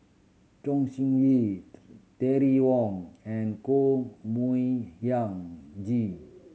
Chong Siew Ying Terry Wong and Koh Mui Hiang